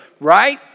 Right